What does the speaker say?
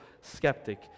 skeptic